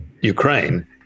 ukraine